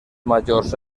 majors